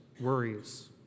worries